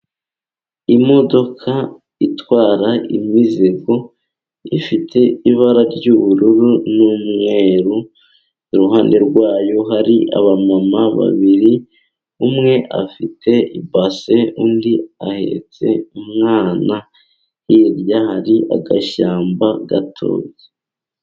Imodoka itwara imizigo, ifite ibara ry'ubururu n'umweru, iruhande rwayo hari abamama babiri, umwe afite ibase, undi ahetse umwana, hirya hari agashyamba gatoya.